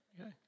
okay